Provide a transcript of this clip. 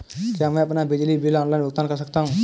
क्या मैं अपना बिजली बिल ऑनलाइन भुगतान कर सकता हूँ?